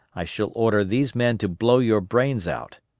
i shall order these men to blow your brains out.